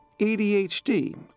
ADHD